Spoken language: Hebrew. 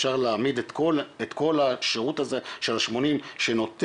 אפשר להעמיד את כל השירות הזה של ה-80 שנותן,